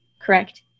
Correct